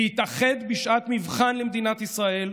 להתאחד בשעת מבחן למדינת ישראל,